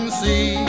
see